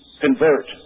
convert